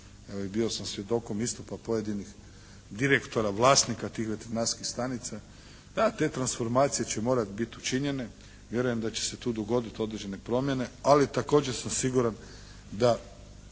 bio sam svjedokom istupa pojedinih direktora, vlasnika tih veterinarskih stanica, da te transformacije će morati biti učinjene, vjerujem da će se tu dogoditi određene promjene, ali također sam siguran da